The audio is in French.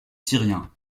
syriens